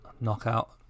knockout